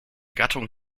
gattung